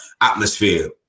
Atmosphere